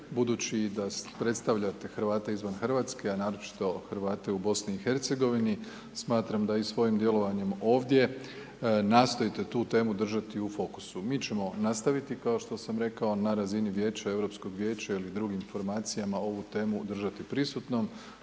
budući da predstavljate Hrvate izvan Hrvatske, a naročito Hrvate u Bosni i Hercegovini, smatram da i svojim djelovanjem ovdje, nastojite tu temu držati u fokusu. Mi ćemo nastaviti, kao što sam rekao na razini Vijeća, Europskog vijeća ili drugim formacijama ovu temu držati prisutnom.